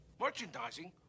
Merchandising